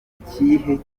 ikihe